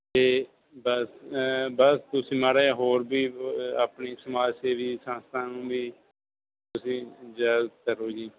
ਅਤੇ ਬਸ ਬਸ ਤੁਸੀਂ ਮਾੜਾ ਜਿਹਾ ਹੋਰ ਵੀ ਬ ਅ ਆਪਣੀ ਸਮਾਜ ਸੇਵੀ ਸੰਸਥਾ ਨੂੰ ਵੀ ਤੁਸੀਂ ਜਾਗਰੂਕ ਕਰੋ ਜੀ